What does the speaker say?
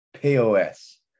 POS